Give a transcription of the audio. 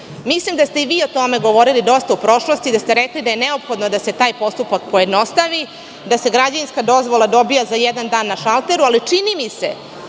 Mislim da ste i vi o tome govorili dosta u prošlosti, da ste rekli da je neophodno da se taj postupak pojednostavi, da se građevinska dozvola dobija za jedan dan na šalteru, ali čini mi se